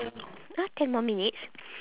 !huh! ten more minutes